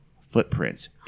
footprints